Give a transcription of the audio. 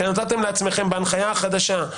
שנתתם לעצמכם בהנחיה החדשה.